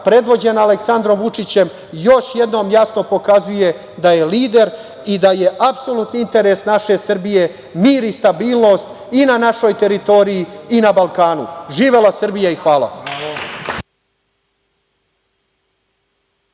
predvođena Aleksandrom Vučićem još jednom jasno pokazuje da je lider i da je apsolutni interes naše Srbije mir i stabilnost i na našoj teritoriji, i na Balkanu. Živela Srbija. Hvala.